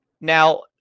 Now